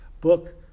book